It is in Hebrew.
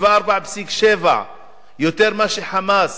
ב-64.7% יותר מאשר "חמאס",